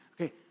Okay